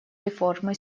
реформы